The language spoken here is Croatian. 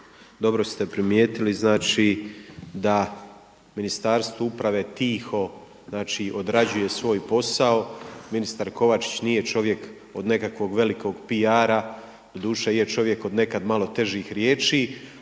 dobro ste primijetili znači da Ministarstvo uprave tiho, znači odrađuje svoj posao. Ministar Kovačić nije čovjek od nekakvog velikog PR-a, doduše je čovjek od nekad malo težih riječi,